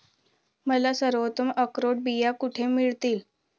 मला सर्वोत्तम अक्रोड बिया कुठे मिळतील